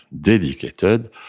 dedicated